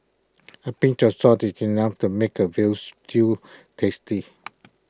A pinch of salt is enough to make A Veal Stew tasty